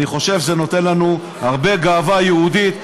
אני חושב שזה נותן לנו הרבה גאווה יהודית,